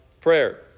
prayer